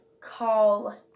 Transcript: call